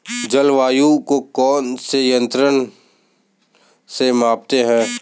जलवायु को कौन से यंत्र से मापते हैं?